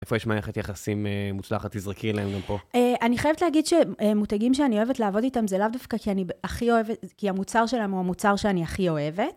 איפה יש מערכת יחסים מוצלחת תזרקי אליהם גם פה? אני חייבת להגיד שמותגים שאני אוהבת לעבוד איתם, זה לאו דווקא כי אני הכי אוהבת, כי המוצר שלהם הוא המוצר שאני הכי אוהבת.